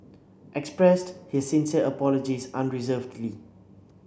expressed his sincere apologies unreservedly